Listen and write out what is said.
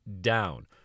down